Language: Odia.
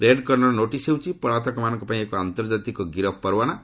ରେଡ୍ କର୍ଷରର ନୋଟିସ୍ ହେଉଛି ପଳାତକମାନଙ୍କ ପାଇଁ ଏକ ଆନ୍ତର୍ଜାତିକ ଗିରଫ୍ ପରୱାନା